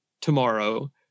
tomorrow